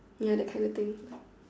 ya that kind of thing